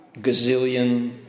gazillion